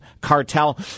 cartel